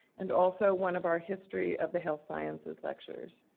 and also one of our history of the health sciences lectures.